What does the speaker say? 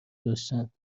داشتند